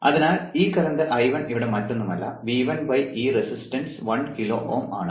അതിനാൽ ഈ current I1 ഇവിടെ മറ്റൊന്നുമല്ല V1 ഈ റസിസ്റ്റൻസ് 1 കിലോ Ω ആണ്